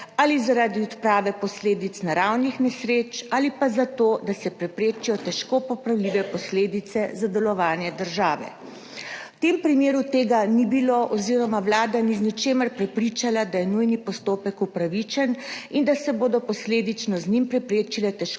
ali zaradi odprave posledic naravnih nesreč ali pa za to, da se preprečijo težko popravljive posledice za delovanje države. V tem primeru tega ni bilo oziroma Vlada ni z ničemer prepričala, da je nujni postopek upravičen in da se bodo posledično z njim preprečile težko